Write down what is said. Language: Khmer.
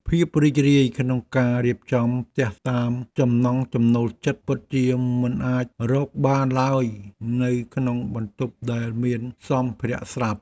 ភាពរីករាយក្នុងការរៀបចំផ្ទះតាមចំណង់ចំណូលចិត្តពិតជាមិនអាចរកបានឡើយនៅក្នុងបន្ទប់ដែលមានសម្ភារៈស្រាប់។